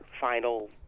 final